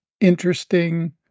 interesting